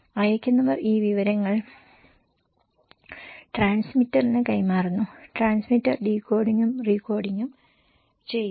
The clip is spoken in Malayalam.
അയയ്ക്കുന്നവർ ഈ വിവരം ട്രാൻസ്മിറ്ററിന് കൈമാറുന്നു ട്രാൻസ്മിറ്റർ ഡീകോഡിംഗും റീകോഡിംഗും ചെയ്യുന്നു